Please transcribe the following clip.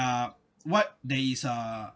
uh what there is uh